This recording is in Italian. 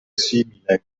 simile